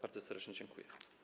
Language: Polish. Bardzo serdecznie dziękuję.